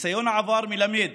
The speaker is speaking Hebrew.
ניסיון העבר מלמד